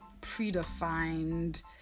predefined